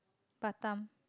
Batam